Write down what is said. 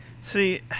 See